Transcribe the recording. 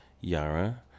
Yara